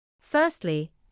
Firstly